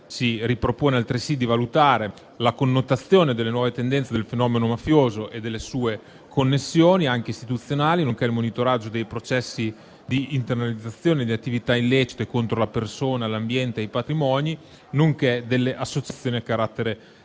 si ripropone, altresì, di valutare la connotazione delle nuove tendenze del fenomeno mafioso e delle sue connessioni anche istituzionali, nonché il monitoraggio dei processi di internalizzazione di attività illecite contro la persona, l'ambiente ed i patrimoni, nonché delle associazioni a carattere segreto